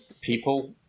people